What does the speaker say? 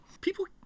People